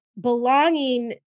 belonging